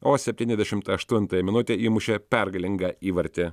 o septyniasdešimt aštuntąją minutę įmušė pergalingą įvartį